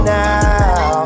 now